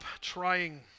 trying